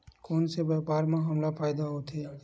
कोन से व्यापार म हमला फ़ायदा होथे?